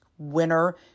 winner